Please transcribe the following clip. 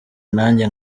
nanjye